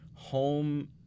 Home